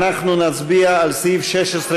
אנחנו נצביע על סעיף 16,